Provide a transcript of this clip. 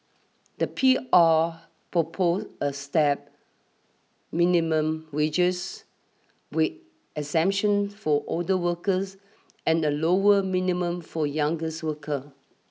the P R proposed a stepped minimum wages wit exemptions for older workers and a lower minimum for youngest worker